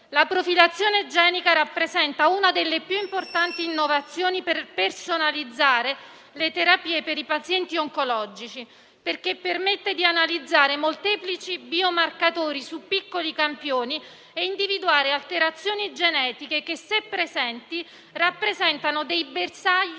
La profilazione genica rappresenta una delle più importanti innovazioni per personalizzare le terapie per i pazienti oncologici, perché permette di analizzare molteplici biomarcatori su piccoli campioni e individuare alterazioni genetiche che, se presenti, rappresentano dei bersagli